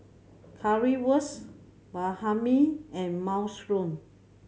Currywurst Banh Mi and Minestrone